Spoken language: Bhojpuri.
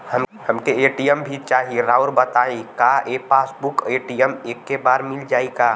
हमके ए.टी.एम भी चाही राउर बताई का पासबुक और ए.टी.एम एके बार में मील जाई का?